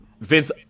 vince